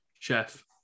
Chef